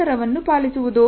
ಅಂತರವನ್ನು ಪಾಲಿಸುವುದು